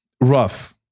Rough